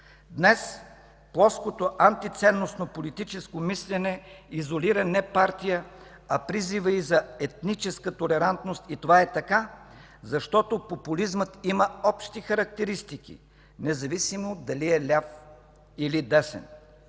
Днес плоското антиценностно политическо мислене изолира не партия, а призива й за етническа толерантност. И това е така, защото популизмът има общи характеристики, независимо дали е ляв или десен.